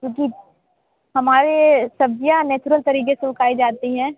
जी हमारे सब्ज़ियाँ नेचुरल तरीक़े से उगाई जाती हैं